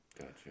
Gotcha